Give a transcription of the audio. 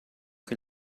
che